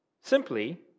Simply